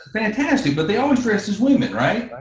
fantastic but they always dressed as women, right?